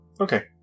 Okay